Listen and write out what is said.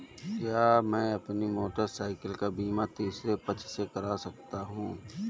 क्या मैं अपनी मोटरसाइकिल का बीमा तीसरे पक्ष से करा सकता हूँ?